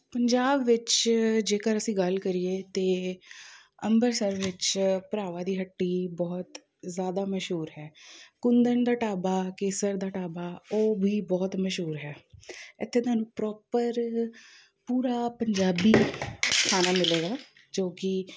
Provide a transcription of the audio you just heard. ਪੰਜਾਬ ਵਿੱਚ ਜੇਕਰ ਅਸੀਂ ਗੱਲ ਕਰੀਏ ਤਾਂ ਅੰਮ੍ਰਿਤਸਰ ਵਿੱਚ ਭਰਾਵਾਂ ਦੀ ਹੱਟੀ ਬਹੁਤ ਜ਼ਿਆਦਾ ਮਸ਼ਹੂਰ ਹੈ ਕੁੰਦਨ ਦਾ ਢਾਬਾ ਕੇਸਰ ਦਾ ਢਾਬਾ ਉਹ ਵੀ ਬਹੁਤ ਮਸ਼ਹੂਰ ਹੈ ਇੱਥੇ ਤੁਹਾਨੂੰ ਪ੍ਰੋਪਰ ਪੂਰਾ ਪੰਜਾਬੀ ਖਾਣਾ ਮਿਲੇਗਾ ਜੋ ਕਿ